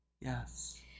Yes